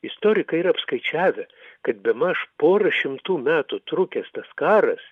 istorikai yra apskaičiavę kad bemaž porą šimtų metų trukęs tas karas